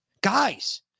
Guys